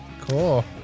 Cool